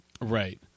Right